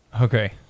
Okay